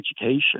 education